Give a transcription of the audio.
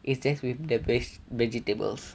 it's just with the base vegetables